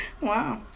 Wow